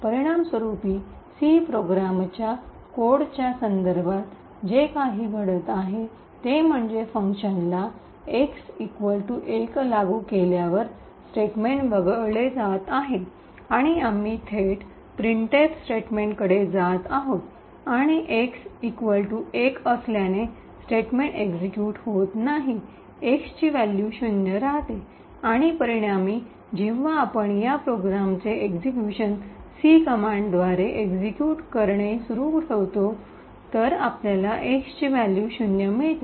परिणामस्वरूप सी कोडच्या संदर्भात जे काही घडत आहे ते म्हणजे फंक्शनला x १ लागू केल्यावर स्टेटमेंट वगळले जात आहे आणि आम्ही थेट प्रिंटएफ स्टेटमेंटकडे जात आहोत आणि x १ असल्याने स्टेटमेंट एक्सिक्यूट होत नाही x ची व्हॅल्यू शून्य राहते आणि परिणामी जेव्हा आपण या प्रोग्रॅमचे एक्सिक्यूशन C कमांडद्वारे एक्शिक्यूट करणे सुरू ठेवते तर आपल्याला x ची व्हॅल्यू शून्य मिळते